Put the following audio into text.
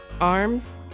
arms